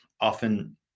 often